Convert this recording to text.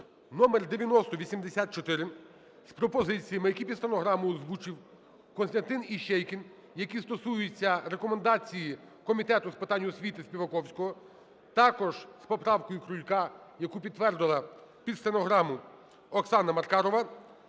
(№ 9084) з пропозиціями, які під стенограму озвучив Костянтин Іщейкін, які стосуються рекомендації Комітету з питань освіти Співаковського, також з поправкою Крулька, яку підтвердила під стенограму Оксана Маркарова,